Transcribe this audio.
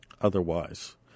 otherwise